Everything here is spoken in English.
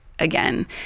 again